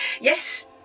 Yes